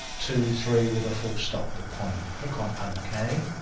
two, three, with a full stop with a point. click on ok,